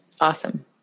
Awesome